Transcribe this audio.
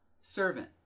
servant